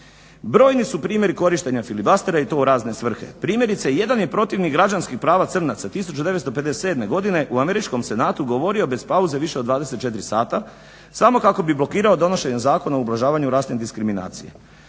Brojni su primjeri korištenja filibustera i to u razne svrhe. Primjerice jedan je protivnik građanskih prava crnaca 1957. godine u Američkom senatu govorio bez pauze više od 24 sata samo kako bi blokirao donošenje Zakona o ublažavanju rasnih diskriminacija.